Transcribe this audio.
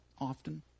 often